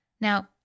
Now